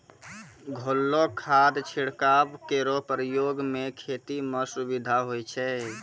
घोललो खाद छिड़काव केरो प्रयोग सें खेती म सुविधा होय छै